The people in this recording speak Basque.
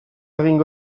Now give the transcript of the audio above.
egingo